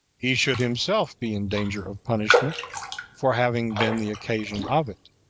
he should himself be in danger of punishment for having been the occasion of it,